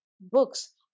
books